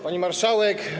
Pani Marszałek!